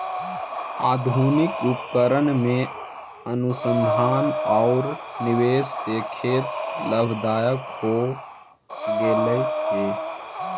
आधुनिक उपकरण में अनुसंधान औउर निवेश से खेत लाभदायक हो गेलई हे